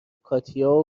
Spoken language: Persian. کاتیا